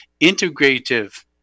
integrative